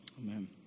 Amen